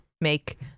make